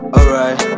Alright